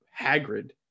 Hagrid